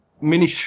Mini